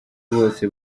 bose